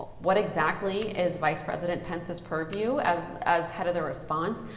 what exactly is vice president pence's purview as as head of the response.